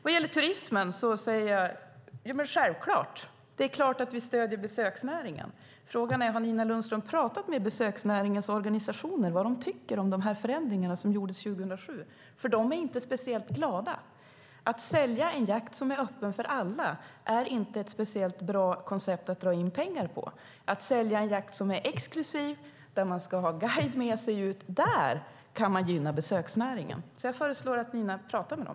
Vad gäller turismen säger jag: Självklart stöder vi besöksnäringen! Frågan är om Nina Lundström har pratat med besöksnäringens organisationer och frågat vad de tycker om de förändringar som gjordes 2007. De är inte speciellt glada. Att sälja en jakt som är öppen för alla är inte ett speciellt bra koncept för att dra in pengar. Genom att sälja en jakt som är exklusiv, där jägare ska ha guide med sig ut, kan man gynna besöksnäringen. Jag föreslår att Nina pratar med dem.